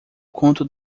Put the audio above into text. conto